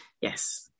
yes